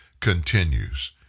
continues